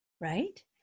Right